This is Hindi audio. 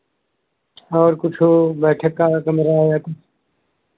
और कुछो बैठक का कमरा या